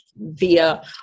via